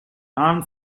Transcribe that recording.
armed